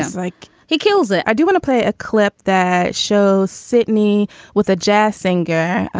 like he kills it. i do want to play a clip that shows sydney with a jazz singer,